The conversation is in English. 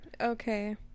Okay